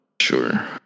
Sure